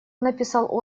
написал